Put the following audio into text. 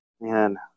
man